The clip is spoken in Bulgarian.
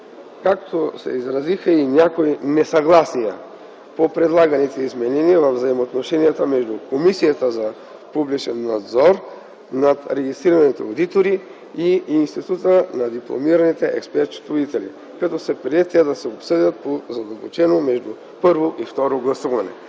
както се изразиха и някои несъгласия по предлаганите изменения във взаимоотношенията между Комисията за публичен надзор над регистрираните одитори и Института на дипломираните експерт-счетоводители, като се прие те да се обсъдят по-задълбочено между първо и второ гласуване.